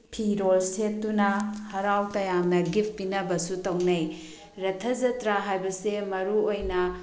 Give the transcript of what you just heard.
ꯐꯤꯔꯣꯜ ꯁꯦꯠꯇꯨꯅ ꯍꯔꯥꯎ ꯇꯌꯥꯝꯅ ꯒꯤꯐ ꯄꯤꯅꯕꯁꯨ ꯇꯧꯅꯩ ꯔꯠꯊ ꯖꯇ꯭ꯔꯥ ꯍꯥꯏꯕꯁꯦ ꯃꯔꯨꯑꯣꯏꯅ